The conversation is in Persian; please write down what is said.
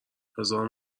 هزار